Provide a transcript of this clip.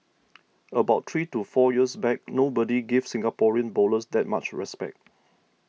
about three to four years back nobody gave Singaporean bowlers that much respect